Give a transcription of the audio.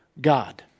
God